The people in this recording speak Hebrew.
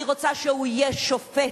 אני רוצה שהוא יהיה שופט,